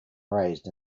raised